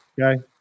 Okay